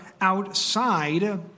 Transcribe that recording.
outside